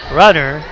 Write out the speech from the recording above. runner